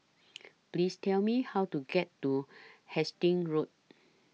Please Tell Me How to get to Hastings Road